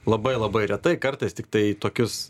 labai labai retai kartais tiktai į tokius